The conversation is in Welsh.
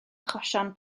achosion